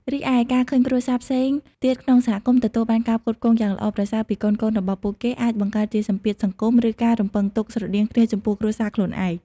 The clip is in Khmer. រីឯ ការឃើញគ្រួសារផ្សេងទៀតក្នុងសហគមន៍ទទួលបានការផ្គត់ផ្គង់យ៉ាងល្អប្រសើរពីកូនៗរបស់ពួកគេ អាចបង្កើតជាសម្ពាធសង្គម ឬការរំពឹងទុកស្រដៀងគ្នាចំពោះគ្រួសារខ្លួនឯង។